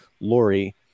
Lori